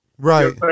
Right